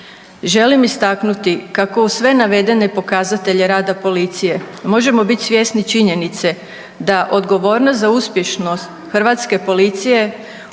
Želim istaknuti kako uz sve navedene pokazatelje rada policije možemo bit svjesni činjenice da odgovornost za uspješnost hrvatske policije